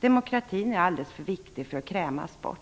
Demokratin är alldeles för viktig för att krämas bort.